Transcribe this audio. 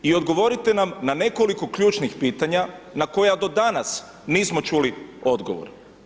I odgovorite nam na nekoliko ključnih pitanja na koja do danas nismo čuli odgovor.